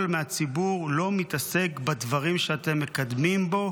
מהציבור לא מתעסק בדברים שאתם מקדמים כי